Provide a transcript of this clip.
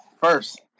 First